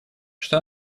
что